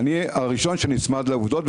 אני הראשון שנצמד לעובדות,